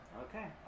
okay